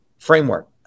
Framework